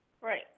Right